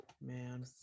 Man